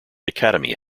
academy